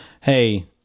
hey